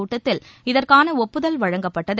கூட்டத்தில் இதற்கானஒப்புதல் வழங்கப்பட்டது